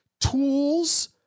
tools